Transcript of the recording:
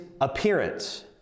appearance